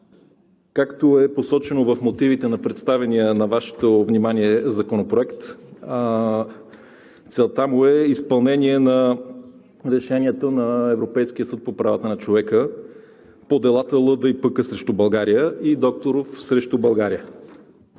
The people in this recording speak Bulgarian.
Както е посочено в мотивите на представения на Вашето внимание Законопроект, целта му е изпълнение на решенията на Европейския съд по правата на човека по делата „Л. Д. и П. К. срещу България“ и „Докторов срещу България“.